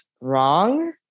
wrong